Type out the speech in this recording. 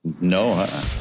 No